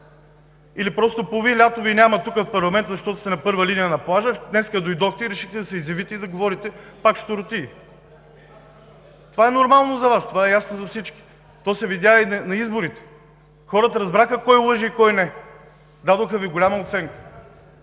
Или просто половин лято Ви няма тук в парламента, защото сте на първа линия на плажа, днес дойдохте и решихте да се изявите и да говорите пак щуротии? Това е нормално за Вас. Това е ясно за всички. То се видя и на изборите. Хората разбраха кой лъже и кой не. Дадоха Ви голяма оценка